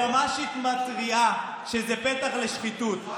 היועמ"שית מתריעה שזה פתח לשחיתות.